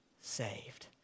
saved